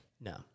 No